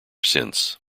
since